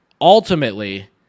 Ultimately